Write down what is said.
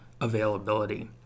availability